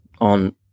on